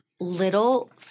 little